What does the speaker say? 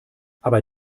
aber